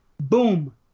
Boom